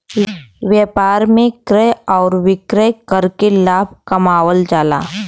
व्यापार में क्रय आउर विक्रय करके लाभ कमावल जाला